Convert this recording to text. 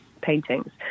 paintings